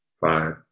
five